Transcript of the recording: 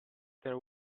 there